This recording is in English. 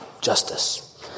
justice